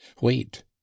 wait